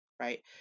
right